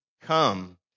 come